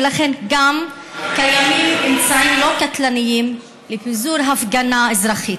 ולכן גם קיימים אמצעים לא קטלניים לפיזור הפגנה אזרחית.